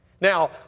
Now